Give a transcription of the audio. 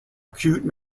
acute